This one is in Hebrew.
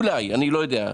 אולי, אני לא יודע.